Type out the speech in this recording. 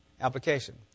application